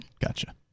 Gotcha